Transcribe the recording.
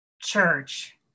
church